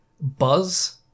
buzz